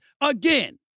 Again